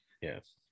yes